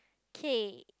okay